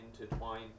intertwine